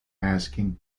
asking